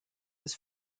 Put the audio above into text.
des